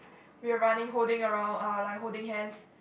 we were running holding around uh like holding hands